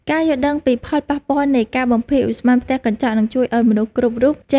ការយល់ដឹងពីផលប៉ះពាល់នៃការបំភាយឧស្ម័នផ្ទះកញ្ចក់នឹងជួយឱ្យមនុស្សគ្រប់រូបចេះរស់នៅតាមបែបដែលមិនបំផ្លាញបរិស្ថាន។